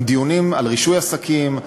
עם דיונים על רישוי עסקים,